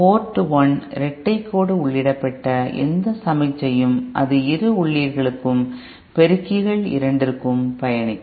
board 1 இரட்டை கோடு உள்ளிடப்பட்ட எந்த சமிக்ஞையும் அது இரு உள்ளீடுகளுக்கும் பெருக்கிகள் இரண்டிற்கும் பயணிக்கும்